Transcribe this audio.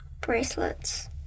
Bracelets